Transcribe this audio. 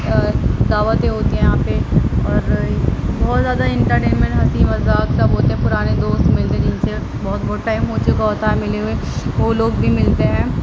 دعوتیں ہوتی ہیں یہاں پہ اور بہت زیادہ انٹرٹینمنٹ ہنسی مذاق سب ہوتے ہیں پرانے دوست ملتے جن سے بہت بہت ٹائم ہو چکا ہوتا ہے ملے ہوئے وہ لوگ بھی ملتے ہیں